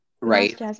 right